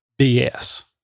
BS